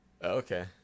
Okay